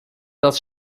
das